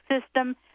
system